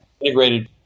integrated